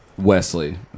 Wesley